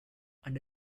and